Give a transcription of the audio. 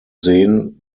sehen